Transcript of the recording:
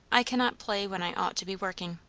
i cannot play when i ought to be working.